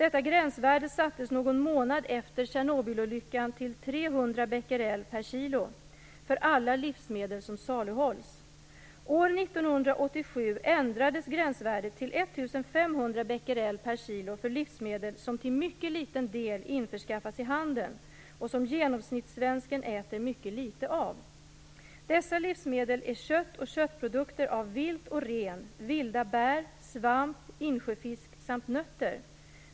År 1987 ändrades gränsvärdet till 1 500 Bq/kg för livsmedel som till mycket liten del införskaffas i handeln och som genomsnittssvensken äter mycket litet av. Dessa livsmedel är kött och köttprodukter av vilt och ren, vilda bär, svamp, insjöfisk samt nötter.